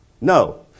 no